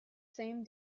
same